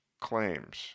claims